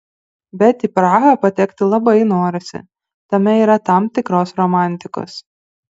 bet į prahą patekti labai norisi tame yra tam tikros romantikos